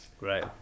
Right